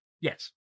Yes